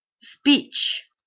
speech